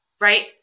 Right